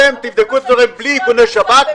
אתם תבדקו בלי איכוני שב"כ,